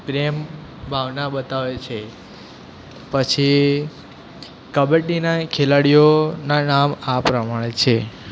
પ્રેમ ભાવના બતાવે છે પછી કબડ્ડીના ખેલાડીઓના નામ આ પ્રમાણે છે